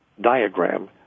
diagram